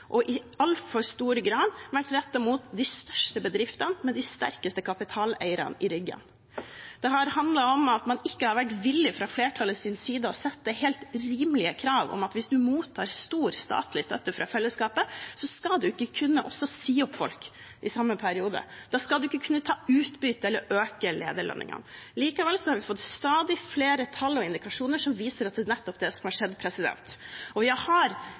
og i altfor stor grad vært rettet mot de største bedriftene med de sterkeste kapitaleierne i ryggen. Det har handlet om at man fra flertallets side ikke har vært villig til å sette helt rimelige krav om at hvis man mottar stor statlig støtte fra fellesskapet, skal man ikke kunne si opp folk i samme periode, da skal man ikke kunne ta ut utbytte eller øke lederlønningene. Likevel har vi fått stadig flere tall og indikasjoner som viser at det er nettopp det som har skjedd. Vi har